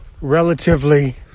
relatively